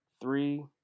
Three